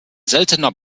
seltener